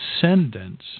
descendants